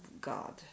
God